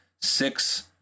six